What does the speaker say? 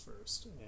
first